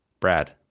Brad